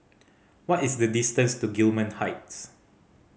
what is the distance to Gillman Heights